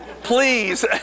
Please